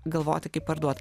galvoti kaip parduot